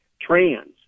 trans